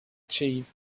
achieved